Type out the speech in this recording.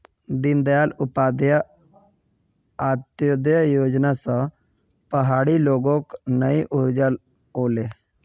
दीनदयाल उपाध्याय अंत्योदय योजना स पहाड़ी लोगक नई ऊर्जा ओले